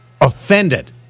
offended